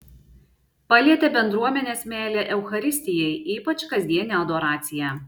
palietė bendruomenės meilė eucharistijai ypač kasdienė adoracija